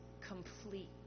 complete